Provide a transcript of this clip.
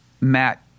Matt